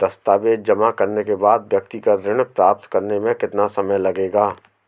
दस्तावेज़ जमा करने के बाद व्यक्तिगत ऋण प्राप्त करने में कितना समय लगेगा?